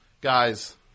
Guys